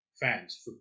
fans